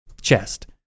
chest